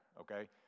okay